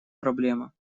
проблема